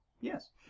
yes